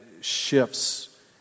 shifts